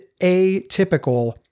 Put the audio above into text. atypical